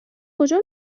کجا